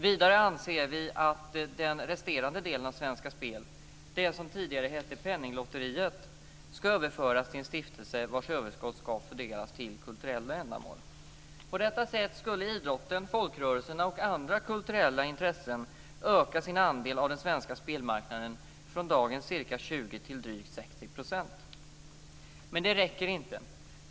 Vidare anser vi att den resterande delen av Svenska Spel, det som tidigare hette Penninglotteriet, ska överföras till en stiftelse vars överskott ska fördelas till kulturella ändamål. På detta sätt skulle idrotten, folkrörelserna och andra kulturella intressen öka sin andel av den svenska spelmarknaden från dagens ca 20 % till drygt Men det räcker inte.